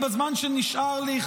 בזמן שנשאר לי,